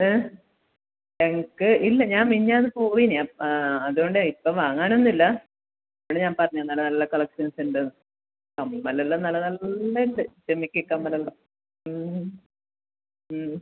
ഏ എനിക്ക് ഇല്ല ഞാൻ മിനിഞ്ഞാന്ന് പോയിന് ആ അതുകൊണ്ട് ഇപ്പം വാങ്ങാനൊന്നുമില്ല പിന്നെ ഞാൻ പറഞ്ഞു എന്നേ ഉള്ളൂ നല്ല നല്ല കളക്ഷൻസുണ്ട് എന്ന് കമ്മലെല്ലാം നല്ല നല്ലത് ഉണ്ട് ജിമിക്കി കമ്മലെല്ലാം ഉം